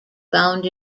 found